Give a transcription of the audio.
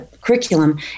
curriculum